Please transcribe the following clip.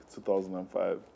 2005